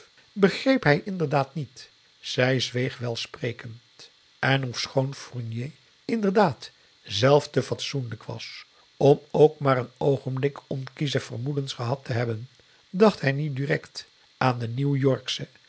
begreep hij inderdaad niet zij zweeg welsprekend en ofschoon fournier inderdaad zelf te fatsoenlijk was om ook maar een oogenblik onkiesche vermoedens gehad te hebben dacht hij nu direct aan de